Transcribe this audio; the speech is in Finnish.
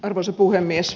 arvoisa puhemies